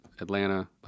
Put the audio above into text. Atlanta